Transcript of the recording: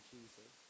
Jesus